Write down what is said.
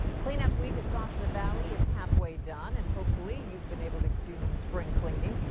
cleanup week across the valley is halfway done and hopefully, you've been able to do some spring cleaning.